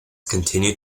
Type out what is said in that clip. continued